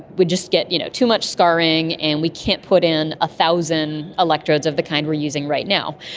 we just get you know too much scarring and we can't put in one ah thousand electrodes of the kind we are using right now.